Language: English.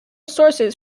sources